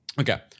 okay